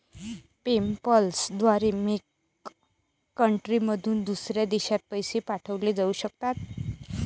PayPal द्वारे मेक कंट्रीमधून दुसऱ्या देशात पैसे पाठवले जाऊ शकतात